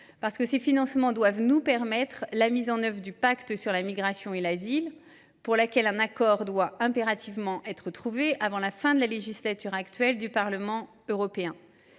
migratoires. Ces financements doivent permettre la mise en œuvre du Pacte sur la migration et l’asile, au sujet duquel un accord doit impérativement être trouvé avant la fin de la législature actuelle du Parlement européen.